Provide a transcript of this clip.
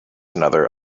another